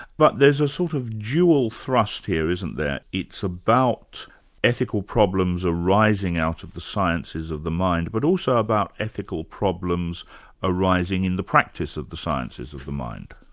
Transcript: but there's a sort of dual thrust here, isn't there? there? it's about ethical problems arising out of the sciences of the mind, but also about ethical problems arising in the practice of the sciences of the mind.